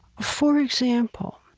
for example,